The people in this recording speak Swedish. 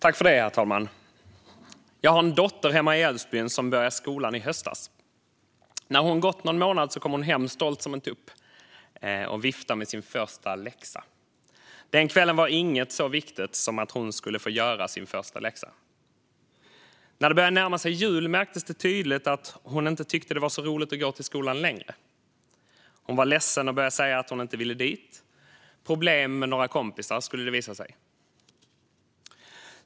Herr talman! Jag har en dotter hemma i Älvsbyn som började i skolan i höstas. När hon gått någon månad kom hon hem stolt som en tupp och viftade med sin första läxa. Den kvällen var inget så viktigt som att hon skulle få göra sin första läxa. När det började närma sig jul märktes det tydligt att hon inte tyckte att det var så roligt att gå till skolan längre. Hon var ledsen och började säga att hon inte ville gå dit. Det var problem med några kompisar, skulle det visa sig.